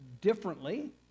differently